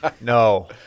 No